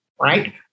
right